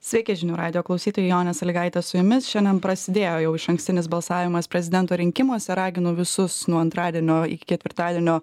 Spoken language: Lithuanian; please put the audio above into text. sveiki žinių radijo klausytojai jonė salygaitė su jumis šiandien prasidėjo jau išankstinis balsavimas prezidento rinkimuose raginu visus nuo antradienio iki ketvirtadienio